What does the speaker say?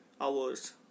hours